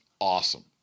awesome